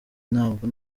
ntabwo